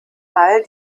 all